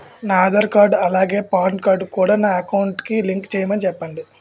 నా ఆధార్ కార్డ్ అలాగే PAN card కూడా నా అకౌంట్ కి లింక్ చేయమని చెప్పండి